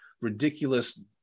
ridiculous